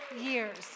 years